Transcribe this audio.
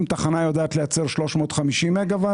אם תחנה יודעת לייצר 350 מגה-ואט,